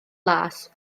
las